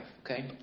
okay